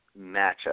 matchup